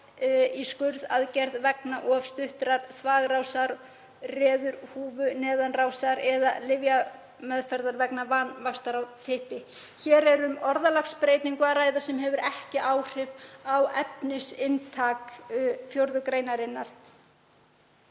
í skurðaðgerð vegna of stuttrar þvagrásar (reðurhúfuneðanrásar) eða lyfjameðferð vegna vanvaxtar á typpi.“ Hér er um orðalagsbreytingu að ræða sem hefur ekki áhrif á efnisinntak 4. gr.